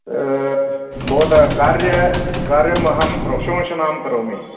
भवतः कार्यस्य कार्यस्य अहं प्रशंसा करोमि